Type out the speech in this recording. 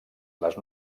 les